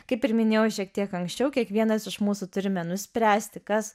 kaip ir minėjau šiek tiek anksčiau kiekvienas iš mūsų turime nuspręsti kas